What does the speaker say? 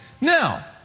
Now